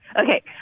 Okay